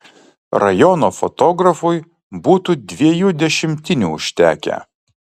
rajono fotografui būtų dviejų dešimtinių užtekę